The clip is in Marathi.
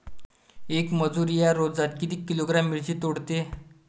येक मजूर या रोजात किती किलोग्रॅम मिरची तोडते?